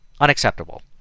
Unacceptable